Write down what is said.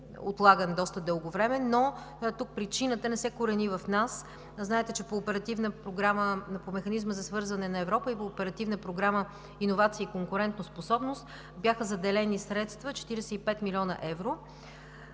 отлаган доста дълго време, но тук причината не се корени в нас. Знаете, че по Механизма за свързване на Европа и по Оперативна програма „Иновации и конкурентоспособност“ бяха заделени средства – 45 млн. евро,